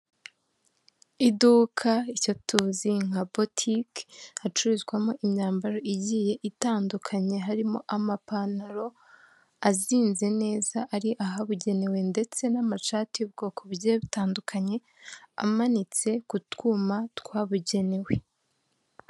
Iduka iryo tuzi nka botike hacururizwamo imyambaro igiye itandukanye, harimo; amapantaro azinze neza ari ahabugenewe ndetse n'amashati y'ubwoko bugiye butandukanye amanitse ku twuma twabugenewe.